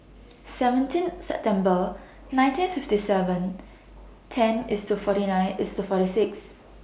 seventeen September nineteen fifty seven ten IS to forty nine IS to forty six